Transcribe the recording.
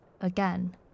again